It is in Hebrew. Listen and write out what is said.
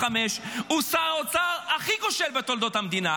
הוא שר האוצר הכי כושל בתולדות המדינה.